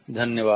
धन्यवाद्